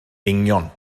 eingion